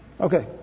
Okay